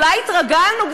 אולי התרגלנו,